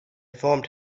formed